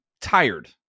tired